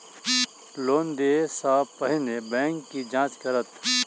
Loan देय सा पहिने बैंक की जाँच करत?